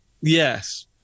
yes